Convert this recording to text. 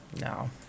No